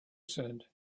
said